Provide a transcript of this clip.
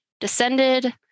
descended